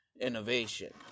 innovation